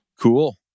Cool